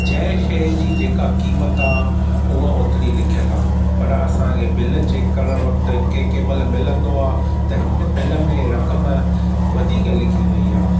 जंहिं शइ जी जेका क़ीमत आ उहा ओतरी लिखियल आहे पर असां खे बिल चेक करण वक़्त कंहिं कंहिं महिल मिलन्दो आहे त हिन बिल में रक़म वधीक लिखी वई आहे